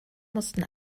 mussten